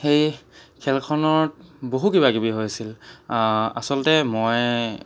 সেই খেলখনত বহু কিবা কিবি হৈছিল আচলতে মই